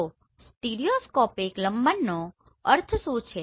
તો સ્ટીરિયોસ્કોપિક લંબનનો અર્થ શું છે